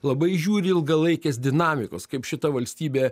labai žiūri ilgalaikės dinamikos kaip šita valstybė